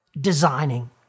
designing